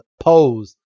pose